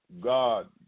God